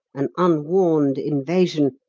an unwarned invasion,